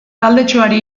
taldetxoari